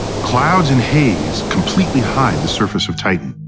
clouds and haze completely hide the surface of titan,